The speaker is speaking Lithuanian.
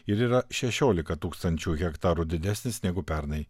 ir yra šešiolika tūkstančių hektarų didesnis negu pernai